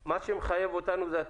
מה אתה